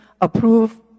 approve